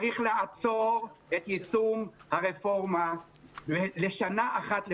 צריך לעצור את יישום הרפורמה לשנה אחת לפחות.